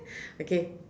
okay